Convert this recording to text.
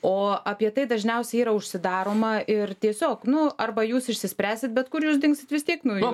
o apie tai dažniausiai yra užsidaroma ir tiesiog nu arba jūs išsispręsit bet kur jūs dingsit vis tiek nu jū